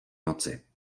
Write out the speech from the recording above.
noci